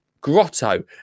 grotto